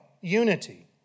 unity